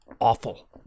awful